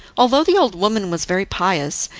although the old woman was very pious,